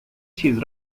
چیز